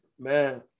man